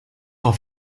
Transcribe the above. auf